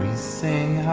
c